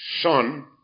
Son